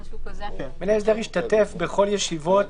מנהל ההסדר ישתתף בכל ישיבות